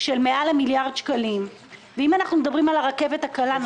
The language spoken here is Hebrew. בשבוע שעבר הייתה פה העברה לבינוי בתי המשפט.